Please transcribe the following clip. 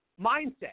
mindset